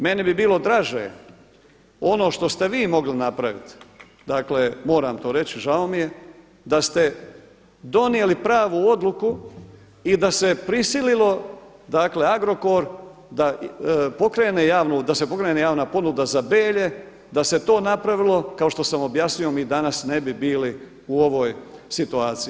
Meni bi bilo draže ono što ste vi mogli napraviti, dakle moram to reći žao mi je, da ste donijeli pravu odluku i da se prisililo, dakle Agrokor da pokrene javnu, da se pokrene javna ponuda za Belje, da se to napravilo kao što sam objasnio mi danas ne bi bili u ovoj situaciji.